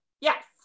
Yes